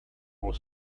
was